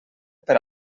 per